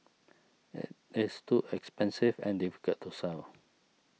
it is too expensive and difficult to sell